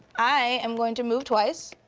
i am going to move twice,